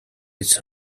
its